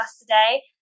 today